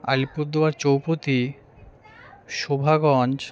আলিপুরদুয়ার চৌপতি শোভাগঞ্জ